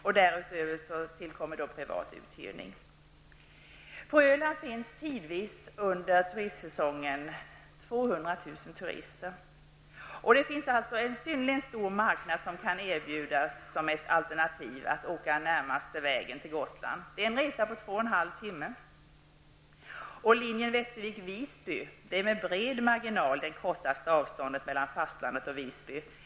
Till det kommer privat uthyrning. turister. Det finns alltså en synnerligen stor marknad som kan erbjudas som alternativet att åka närmaste vägen till Gotland. Det är en resa på två och en halv timme. Linjen Västervik--Visby är med bred marginal det kortaste avståndet mellan fastlandet och Visby.